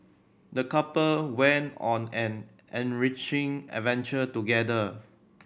the couple went on an enriching adventure together